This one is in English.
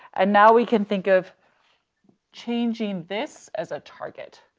and now we can think of changing this as a target.